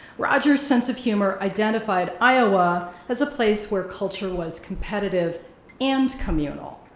rogers sense of humor identified iowa as a place where culture was competitive and communal,